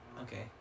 Okay